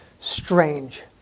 strange